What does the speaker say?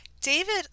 David